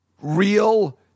real